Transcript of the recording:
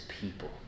people